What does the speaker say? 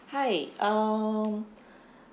hi um